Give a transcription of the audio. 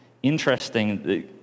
Interesting